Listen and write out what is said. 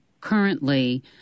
currently